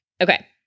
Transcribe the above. Okay